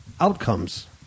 outcomes